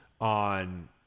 on